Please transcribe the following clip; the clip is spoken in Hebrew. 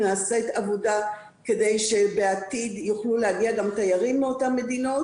נעשית עבודה כדי שבעתיד יוכלו להגיע גם תיירים מאותן מדינות.